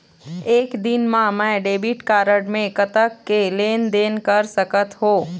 एक दिन मा मैं डेबिट कारड मे कतक के लेन देन कर सकत हो?